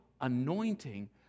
anointing